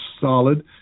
solid